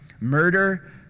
murder